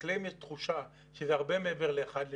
לחקלאים יש תחושה שזה הרבה מעבר לאחד לשניים.